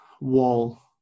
wall